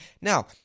Now